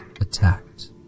attacked